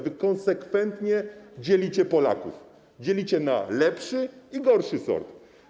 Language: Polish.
Wy konsekwentnie dzielicie Polaków, dzielicie na lepszy i gorszy sort.